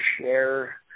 share